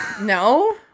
No